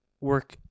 work